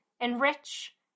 enrich